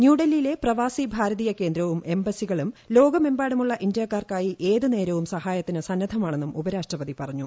ന്യൂഡൽഹിയിലെ പ്രവാസി ഭാരതീയ കേന്ദ്രവും എംബസികളും ലോകമെമ്പാടുമുള്ള ഇന്ത്യക്കാർക്കായി ഏത് നേരവും സഹായത്തിന് സന്നദ്ധമാണെന്നും ഉപരാഷ്ട്രപതി പറഞ്ഞു